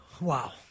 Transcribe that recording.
wow